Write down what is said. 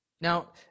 Now